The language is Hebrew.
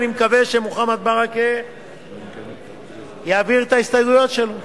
אני מקווה שמוחמד ברכה יעביר את ההסתייגויות שלו